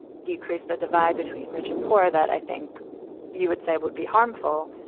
decrease the divide between rich and poor that i think you would say would be harmful.